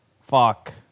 Fuck